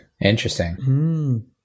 interesting